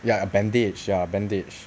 ya a bandage a bandage